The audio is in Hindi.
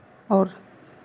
और